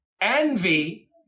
Envy